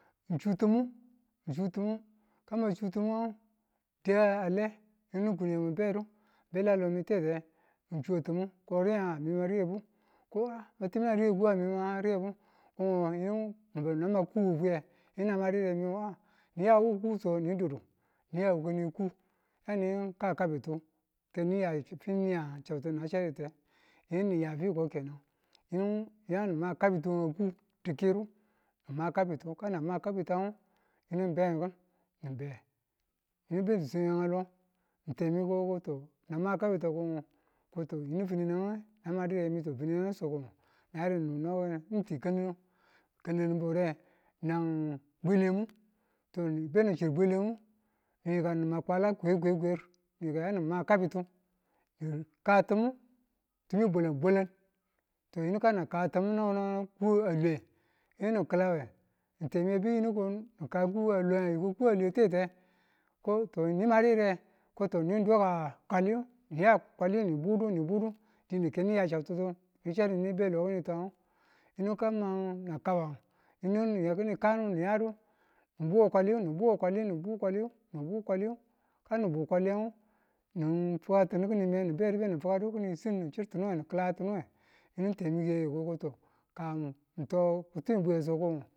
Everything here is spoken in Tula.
N chu ti̱mu, n chu ti̱mu ka chu ti̱mung di a le ngu ng kune mi̱ ng ben lan lo mi tete ng chuwe ti̱mung ko riyenga? mi mariyebu ko humg mwa tibi̱nang riye kuwa mima riyebu ko ngo yinu nibaduna ma ku wufweye yinu na madu yire? mi nga niya wu kuso ni̱ddu niya wukane ku yani ka kabitu keni niya chabtu na chaditu yinu na̱ya fiko yinu ni ya nima kabitu weku dikiru ni ma kabitu ka na ma kabitang ngu yinu ng beng ki̱n. Ni̱be yinu be ni swe a lo. Temi ko ko tou na ma kabitu ko ho to yinu finenang na madiyire? mi to finangu so ko hong na yadi nani̱n no ti kalninu kalninnu biwure nang bwelimu benichir bwelim mu ni yikan ni ma kwala kwerkwerkwer niyikan yanu ma kabitu ni ka timu timi bwala̱ bwalan to yinu kani̱n ka timi nabwenabwen niku a lwe yinu na ki̱lawe temi a bi̱yi yinu ko ng ka ku a lwe ko ku a lwe tete ko to ni madu yire ko tou ni doka kali niya kwali ni budu ni budu dine keni ya chabtutu ni chadu ni be lo kinan tung yinu ka ma na ka ban yinu niya ki̱ni̱n kanniyadu ni buwe kwaliyu nibuweli bukwali nibukwaliyu kan na bu kwaliyu ngu ni fatunu ki̱nin me nibedu beni fukadu kini sin ni chirtunu ni ki̱latunuwe yinu temiki yeyu ko ka ng tou ki twinbwi ko so ko ngo